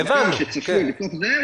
שצפוי בתוך זה,